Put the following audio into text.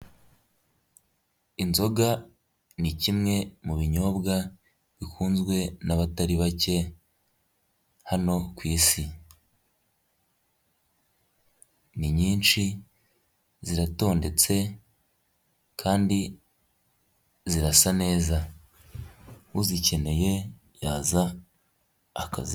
Inzoga ni kimwe mu binyobwa bikunzwe n'abatari bake hano ku isi, ni nyinshi ziratondetse kandi zirasa neza, uzikeneye yaza akazibona.